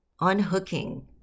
unhooking